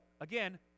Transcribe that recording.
Again